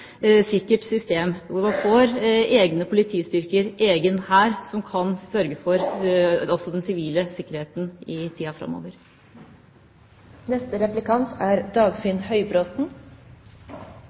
sikkert system – egne politistyrker, en egen hær – som kan sørge for også den sivile sikkerheten i tida